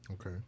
Okay